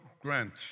grant